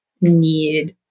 need